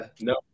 no